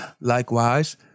Likewise